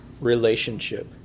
relationship